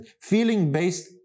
Feeling-based